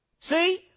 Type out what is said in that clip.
See